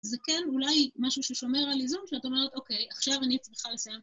זה כן אולי משהו ששומר על איזון, שאת אומרת, אוקיי, עכשיו אני צריכה לסיים...